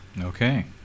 Okay